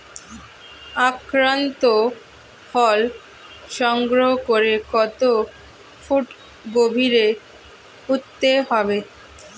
আক্রান্ত ফল সংগ্রহ করে কত ফুট গভীরে পুঁততে হবে?